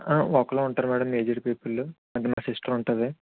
ఒకళ్ళే ఉంటారు madam aged people అంటే మా సిస్టర్ ఉంటుంది